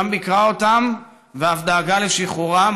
שם ביקרה אותם ואף דאגה לשחרורם,